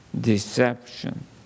deception